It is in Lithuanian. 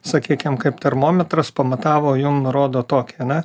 sakykim kaip termometras pamatavo jum nurodo tokį ane